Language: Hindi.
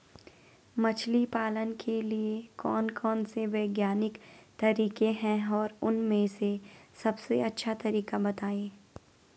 मछली पालन के लिए कौन कौन से वैज्ञानिक तरीके हैं और उन में से सबसे अच्छा तरीका बतायें?